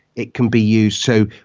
it can be used so